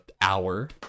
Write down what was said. hour